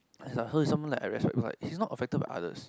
is like so he's is someone I respect because like he is not affect by others